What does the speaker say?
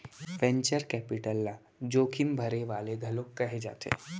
venture capital ल जोखिम भरे वाले घलोक कहे जाथे